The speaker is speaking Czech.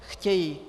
Chtějí.